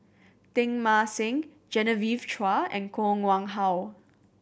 Teng Mah Seng Genevieve Chua and Koh Nguang How